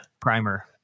primer